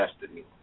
destiny